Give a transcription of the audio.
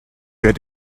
wer